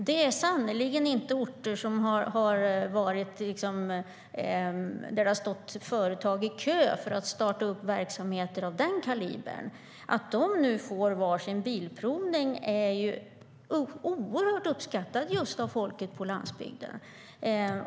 Det är sannerligen inga orter där det har stått företag i kö för att starta upp verksamheter av den kalibern. Att de nu får var sin bilprovning är oerhört uppskattat av folket på landsbygden.